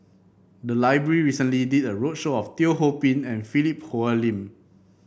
the library recently did a roadshow of Teo Ho Pin and Philip Hoalim